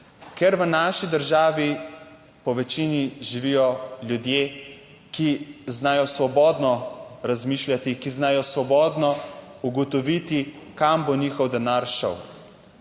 Ker v naši državi povečini živijo ljudje, ki znajo svobodno razmišljati, ki znajo svobodno ugotoviti, kam bo njihov denar šel.